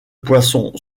poissons